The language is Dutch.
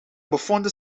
bevonden